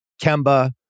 Kemba